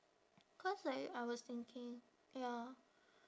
cause like I was thinking ya